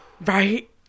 Right